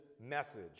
message